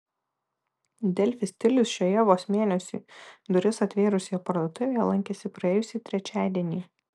delfi stilius šioje vos mėnesiui duris atvėrusioje parduotuvėje lankėsi praėjusį trečiadienį